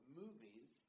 movies